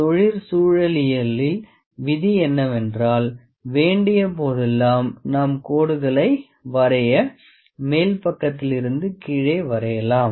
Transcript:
தொழிற்சூழலியலில் விதி என்னவென்றால் வேண்டிய போதெல்லாம் நாம் கோடுகளை வரைய மேல்பக்கத்திலிருந்து கீழே வரையலாம்